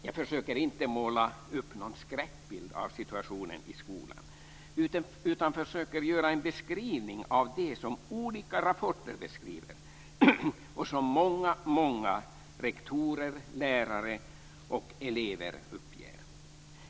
Jag försöker inte måla upp någon skräckbild av situationen i skolan utan försöker göra en beskrivning av det som sägs i olika rapporter och som många rektorer, lärare och elever uppger.